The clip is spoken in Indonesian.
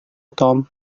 tom